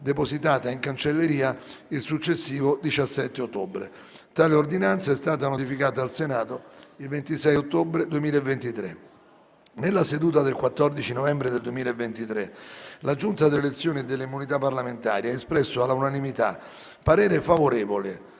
in cancelleria il successivo 17 ottobre. Tale ordinanza è stata notificata al Senato il 26 ottobre 2023. Nella seduta del 14 novembre 2023 la Giunta delle elezioni e delle immunità parlamentari ha espresso all'unanimità parere favorevole